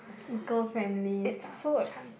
eco-friendly stuff chance